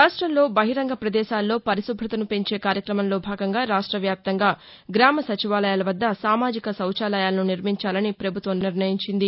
రాష్ట్రంలో బహిరంగ పదేశాల్లో పరిశుభ్రతను పెంచే కార్యక్రమంలో భాగంగా రాష్టవ్యాప్తంగా గ్రామ సచివాలయం వర్గ సామాజిక శౌచాలయాలను నిర్మించాలని ప్రభుత్వం నిర్ణయించింది